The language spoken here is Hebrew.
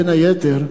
בין היתר,